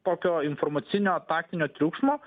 tokio informacinio taktinio triukšmo